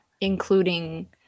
including